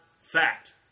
fact